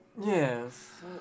Yes